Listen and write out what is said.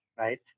right